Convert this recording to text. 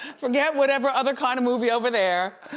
forget whatever other kind of movie over there.